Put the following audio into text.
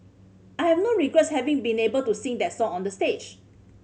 I have no regrets having been able to sing that song on that stage